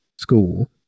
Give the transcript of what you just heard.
school